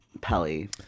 Pelly